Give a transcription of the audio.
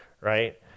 right